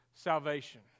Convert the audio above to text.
salvation